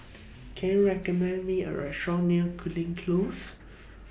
Can YOU recommend Me A Restaurant near Cooling Close